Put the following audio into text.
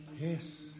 Yes